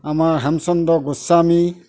আমাৰ হেমচন্দ্ৰ গোস্বামী